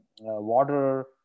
water